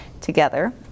together